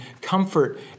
comfort